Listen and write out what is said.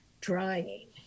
drying